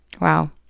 Wow